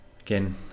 again